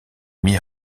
mis